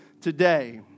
today